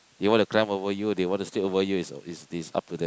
you want to climb over you they want to sit over you is is is up to them